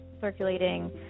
circulating